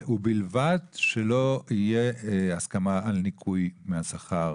ובלבד שלא יהיה הסכמה על ניכוי מהשכר